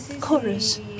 chorus